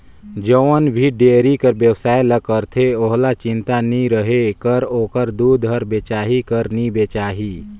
जउन भी डेयरी कर बेवसाय ल करथे ओहला चिंता नी रहें कर ओखर दूद हर बेचाही कर नी बेचाही